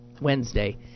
Wednesday